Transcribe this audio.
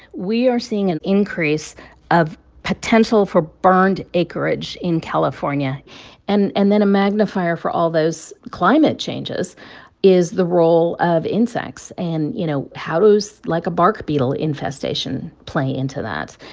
we are seeing an increase of potential for burned acreage in california and and then a magnifier for all those climate changes is the role of insects. and you know, how does, like, a bark beetle infestation play into that?